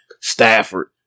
Stafford